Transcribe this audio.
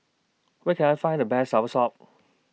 Where Can I Find The Best Soursop